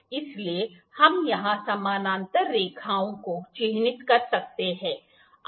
इसलिए हम यहां समानांतर रेखाओं को चिह्नित कर सकते हैं